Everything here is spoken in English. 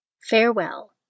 Farewell